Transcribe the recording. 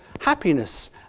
happiness